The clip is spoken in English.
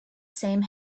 same